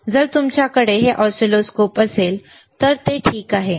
जर तुमच्याकडे हे ऑसिलोस्कोप असेल तर ते ठीक आहे